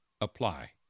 apply